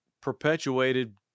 perpetuated